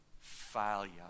failure